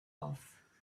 off